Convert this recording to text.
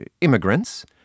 immigrants